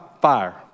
fire